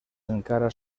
encara